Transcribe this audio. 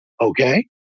Okay